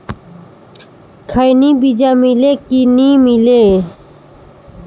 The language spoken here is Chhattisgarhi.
खैनी बिजा मिले कि नी मिले?